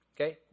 Okay